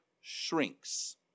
shrinks